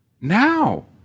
now